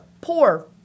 poor